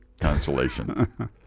consolation